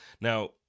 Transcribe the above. Now